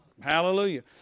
Hallelujah